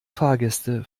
fahrgäste